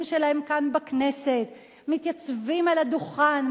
שלהם כאן בכנסת מתייצבים על הדוכן,